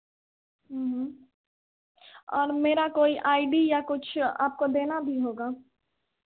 और मेरा कोई आई डी या कुछ आपको देना भी होगा